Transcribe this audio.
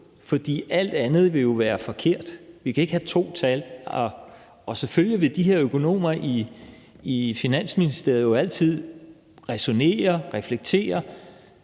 for alt andet vil jo være forkert. Vi kan ikke have to tal. Og selvfølgelig vil de her økonomer i Finansministeriet jo altid ræsonnere, reflektere,